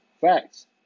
Facts